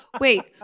wait